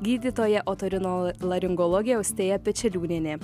gydytoja otorinolaringologė austėja pečeliūnienė